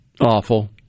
awful